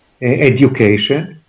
education